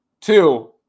Two